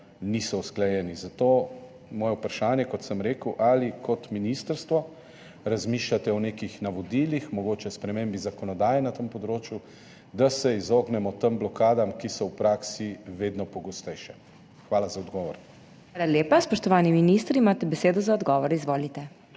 niso usklajeni. Zato moje vprašanje, kot sem rekel: Ali na ministrstvu razmišljate o nekih navodilih, mogoče o spremembi zakonodaje na tem področju, da se izognemo tem blokadam, ki so v praksi vedno pogostejše? Hvala za odgovor. **PODPREDSEDNICA MAG. MEIRA HOT:** Hvala lepa. Spoštovani minister, imate besedo za odgovor. Izvolite.